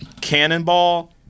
Cannonball